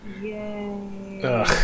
Yay